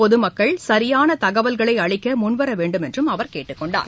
பொதுமக்கள் சரியானதகவல்களைஅளிக்கமுன்வரவேண்டும் என்றுஅவர் கேட்டுக்கொண்டார்